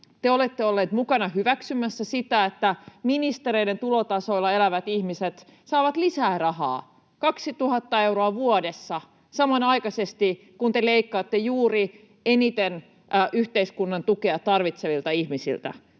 te olette olleet mukana hyväksymässä sitä, että ministereiden tulotasolla elävät ihmiset saavat lisää rahaa 2 000 euroa vuodessa, samanaikaisesti kun te leikkaatte juuri eniten yhteiskunnan tukea tarvitsevilta ihmisiltä